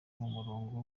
umurongo